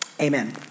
Amen